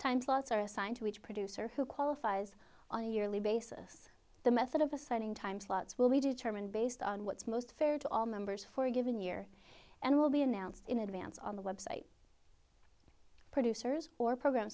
time slots are assigned to each producer who qualifies on a yearly basis the method of assigning time slots will be determined based on what's most fair to all members for a given year and will be announced in advance on the website producers or program